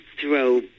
throw